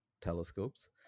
telescopes